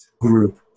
group